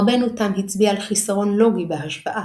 רבנו תם הצביע על חסרון לוגי בהשוואה,